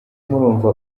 murumva